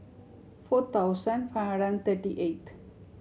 four thousand five hundred thirty eight